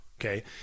Okay